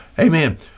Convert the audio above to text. Amen